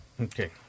Okay